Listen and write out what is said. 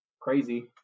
crazy